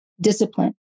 discipline